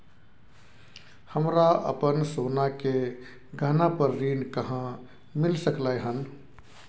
हमरा अपन सोना के गहना पर ऋण कहाॅं मिल सकलय हन?